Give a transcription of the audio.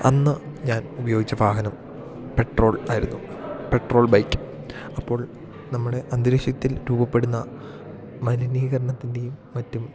അന്ന് ഞാൻ ഉപയോഗിച്ച വാഹനം പെട്രോൾ ആയിരുന്നു പെട്രോൾ ബൈക്ക് അപ്പോൾ നമ്മുടെ അന്തരീക്ഷത്തിൽ രൂപപ്പെടുന്ന മലിനീകരണത്തിൻ്റെയും മറ്റും